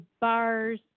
bars